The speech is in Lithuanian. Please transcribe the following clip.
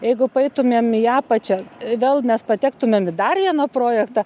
jeigu paeitumėm į apačią vėl mes patektumėm į dar vieną projektą